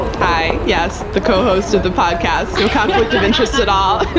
hi. yes. the co-host of the podcast. no conflict of interests at all.